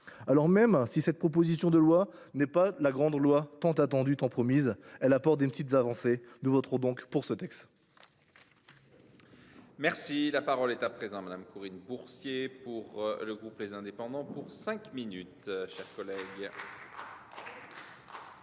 défis. Même si cette proposition de loi n’est pas la grande loi tant attendue, tant promise, elle apporte de petites avancées. Nous votons donc pour ce texte. La parole est à Mme Corinne Bourcier, pour le groupe Les Indépendants – République et Territoires.